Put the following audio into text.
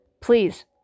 please